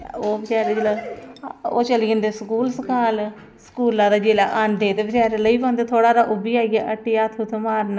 जां गौरमैंट चुक्कै जां बपारियें पर सख्ती कीती जा कि उस अच्छा भा लान एह्दे इलावा